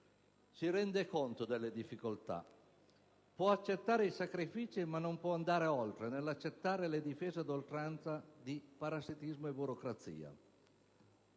si renda conto delle difficoltà, possa accettare sacrifici, ma non possa andare oltre nell'accettare la difesa ad oltranza di parassitismo e burocrazia.